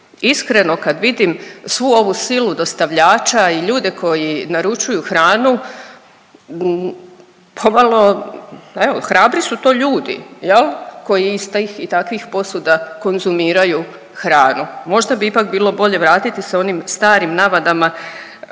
Iskreno kad vidim svu ovu silu dostavljača i ljude koji naručuju hranu, pomalo evo hrabri su to ljudi koji iz tih i takvih posuda konzumiraju hranu. Možda bi ipak bilo bolje vratiti se onim starim navadama